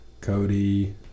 Cody